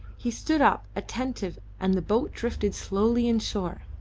he stood up attentive, and the boat drifted slowly in shore,